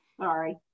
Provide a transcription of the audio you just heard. Sorry